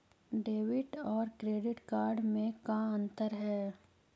Debit और credit card में का अंतर है?